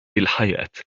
الحياة